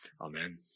amen